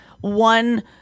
One